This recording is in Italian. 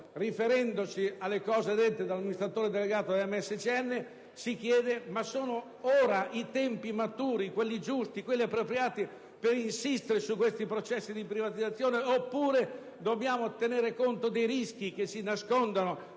riferendosi a quanto detto dall'amministratore delegato di MSC, si chiede: ma sono ora i tempi maturi, giusti, appropriati per insistere su questi processi di privatizzazione, oppure dobbiamo tenere conto dei rischi che si nascondono